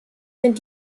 sind